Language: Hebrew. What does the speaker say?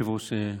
אדוני היושב-ראש,